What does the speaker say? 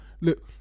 look